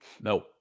no